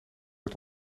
het